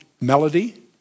melody